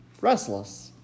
restless